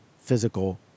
physical